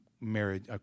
marriage